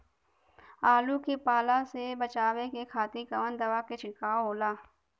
आलू के पाला से बचावे के खातिर कवन दवा के छिड़काव होई?